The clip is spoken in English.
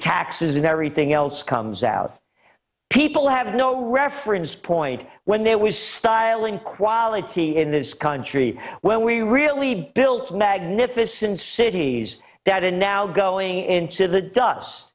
taxes and everything else comes out people have no reference point when there was styling quality in this country when we really built magnificent cities that are now going into the dust